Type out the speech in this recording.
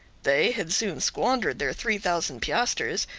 they had soon squandered their three thousand piastres,